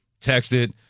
texted